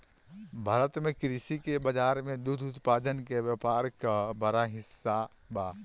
भारत में कृषि के बाजार में दुग्ध उत्पादन के व्यापार क बड़ा हिस्सा बा